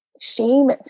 shame